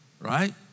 Right